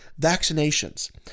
vaccinations